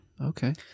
Okay